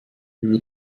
über